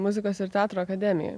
muzikos ir teatro akademijoj